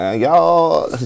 y'all